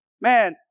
man